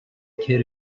kid